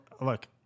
look